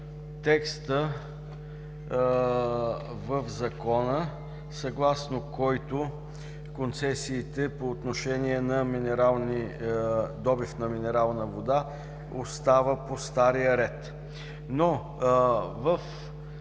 текста в Закона, съгласно който концесиите по отношение на добив на минерална вода остава по стария ред.